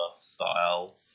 style